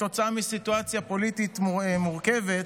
כתוצאה מסיטואציה פוליטית מורכבת,